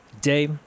day